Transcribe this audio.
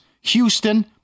Houston